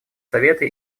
советы